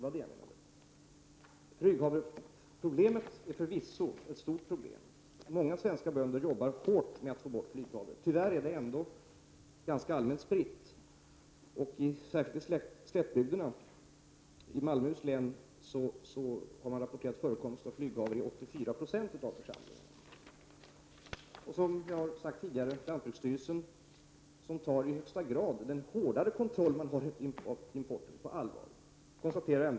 Flyghavreproblemet är förvisso ett stort problem, och många svenska bönder arbetar hårt för att få bort det. Tyvärr är det ändå ganska allmänt spritt, särskilt i slättbygderna i Malmöhus län, där man har rapporterat förekomst av flyghavre i 84 36 av församlingarna. Som jag har sagt tidigare tar lantbruksstyrelsen i högsta grad den hårdare kontrollen av importen på allvar.